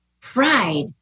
pride